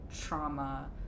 trauma